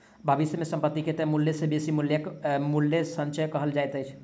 भविष्य मे संपत्ति के तय मूल्य सॅ बेसी मूल्यक मूल्य संचय कहल जाइत अछि